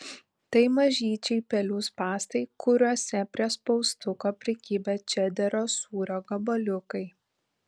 tai mažyčiai pelių spąstai kuriuose prie spaustuko prikibę čederio sūrio gabaliukai